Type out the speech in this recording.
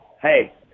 hey